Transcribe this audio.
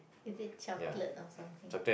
is it chocolate or something